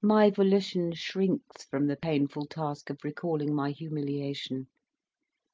my volition shrinks from the painful task of recalling my humiliation